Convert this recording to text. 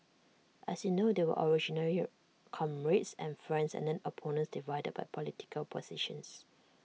as you know they were originally comrades and friends and then opponents divided by political positions